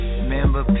remember